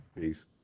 Peace